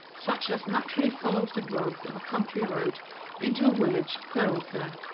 such as naturally follows the growth of a country road into a village thoroughfare.